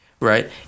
right